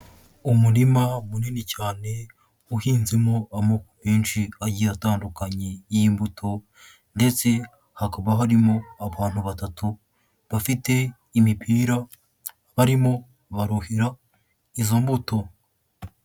Umurima munini cyane uhinzemo amoko menshi agiye atandukanye y'imbuto ndetse hakaba harimo abantu batatu, bafite imipira barimo baruhira izo mbuto.